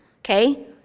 okay